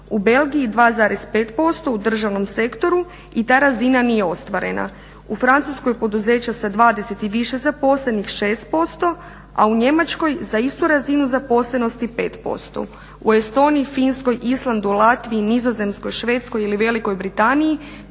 U Belgiji 2,5% u državnom sektoru i ta razina nije ostvarena. U Francuskoj poduzeća sa 20 i više zaposlenih 6%, a u Njemačkoj za istu razinu zaposlenosti 5%. U Estoniji, Finskoj, Islandu, Latviji, Nizozemskoj, Švedskoj ili Velikoj Britaniji